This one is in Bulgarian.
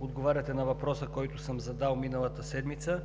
отговаряте на въпроса, който съм задал миналата седмица.